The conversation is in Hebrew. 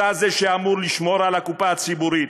אתה זה שאמור לשמור על‎ ‏הקופה הציבורית,